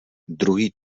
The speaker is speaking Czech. druhý